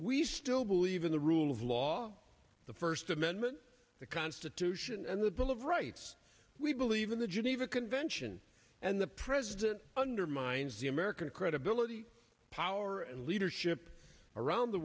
we still believe in the rule of law the first amendment the constitution and the bill of rights we believe in the geneva convention and the president undermines the american credibility power and leadership around the